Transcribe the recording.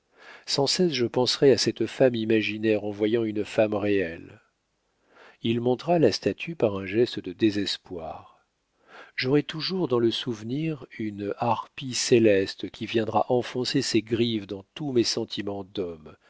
sans cesse je penserai à cette femme imaginaire en voyant une femme réelle il montra la statue par un geste de désespoir j'aurai toujours dans le souvenir une harpie céleste qui viendra enfoncer ses griffes dans tous mes sentiments d'homme